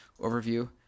overview